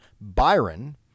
Byron